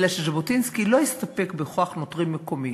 אלא שז'בוטינסקי לא הסתפק בכוח נוטרים מקומי.